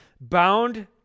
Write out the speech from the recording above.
Bound